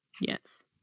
Yes